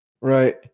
right